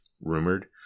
rumored